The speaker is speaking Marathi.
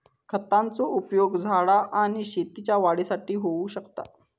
खतांचो उपयोग झाडा आणि शेतीच्या वाढीसाठी होऊ शकता